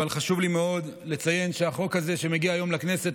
אבל חשוב לי מאוד לציין שהחוק הזה שמגיע היום לכנסת,